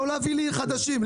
לא להביא חדשים.